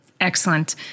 Excellent